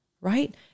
Right